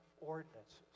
ordinances